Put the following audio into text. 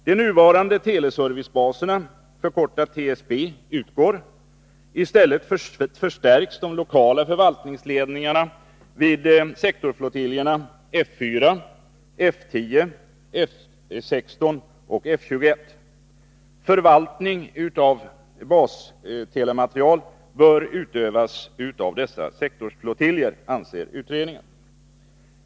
De nuvarande teleservicebaserna, TSB, utgår. I stället förstärks de lokala förvaltningsledningarna vid sektorflottiljerna F4, F10, F 16 och F21. Utredningen anser att förvaltningen av bastelemateriel bör utövas av dessa sektorflottiljer.